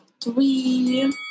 three